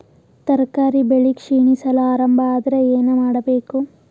ತರಕಾರಿ ಬೆಳಿ ಕ್ಷೀಣಿಸಲು ಆರಂಭ ಆದ್ರ ಏನ ಮಾಡಬೇಕು?